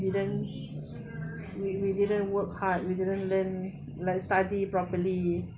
didn't we we didn't work hard we didn't learn like study properly